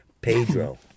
Pedro